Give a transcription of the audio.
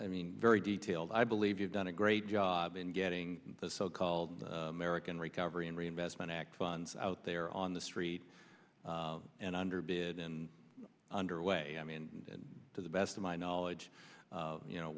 i mean very detailed i believe you've done a great job in getting the so called american recovery and reinvestment act funds out there on the street and underbid and underway i mean and to the best of my knowledge you know